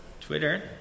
Twitter